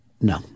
No